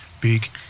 big